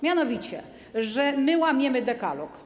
Mianowicie, że my łamiemy Dekalog.